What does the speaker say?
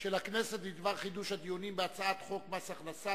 של הכנסת בדבר חידוש הדיונים בהצעת חוק מס הכנסה